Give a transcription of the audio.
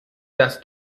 das